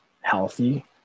healthy